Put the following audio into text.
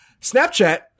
Snapchat